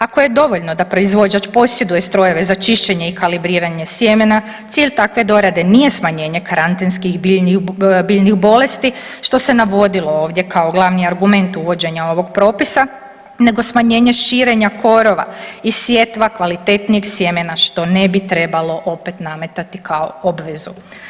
Ako je dovoljno da proizvođač posjeduje strojeve za čišćenje i kalibriranje sjemena, cilj takve dorade nije smanjenje karantenskih biljnih bolesti, što se navodilo ovdje kao glavni argument uvođenja ovog propisa, nego smanjenje širenje korova i sjetva kvalitetnijeg sjemena, što ne bi trebalo opet nametati kao obvezu.